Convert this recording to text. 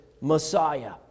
Messiah